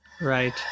Right